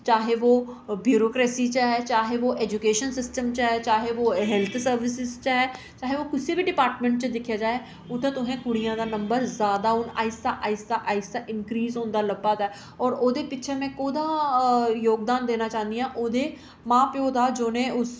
चाहे वो ब्यूरेक्रेसी च ऐ चाहे वो एजूकेशन सिस्टम च ऐ चाहे वो हेल्थ सर्विसस च ऐ चाहे ओह् कुसै बी डिपार्टमेंट च दिक्खेआ जाए उत्थें तुसेंगी कुड़ियें दा नंबर जादा ते आहिस्ता आहिस्ता आहिस्ता इनक्रीज़ होंदा लब्भा दा ऐ होर ओह्दे पिच्छें में कोह्दा जोगदान देना चाह्नी आं ओह्दे मां प्यौ दा जिन्नै उसी